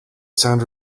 sound